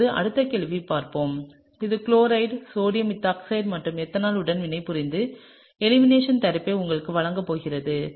இப்போது அடுத்த கேள்வியைப் பார்ப்போம் இது இந்த குளோரைடு சோடியம் எத்தாக்ஸைடு மற்றும் எத்தனால் உடன் வினை புரிந்து எலிமினேஷன் தயாரிப்பை உங்களுக்கு வழங்கப் போகிறது